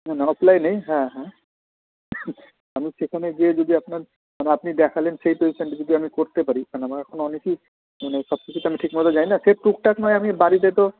না না অফলাইনেই হ্যাঁ হ্যাঁ আমি সেখানে গিয়ে যদি আপনার মানে আপনি দেখালেন সেই পজিশনটা যদি আমি করতে পারি কারণ আমার এখন অনেকই মানে সব কিছু তো আমি ঠিক মতো জানি না সে টুকটাক নায় আমি বাড়িতে তো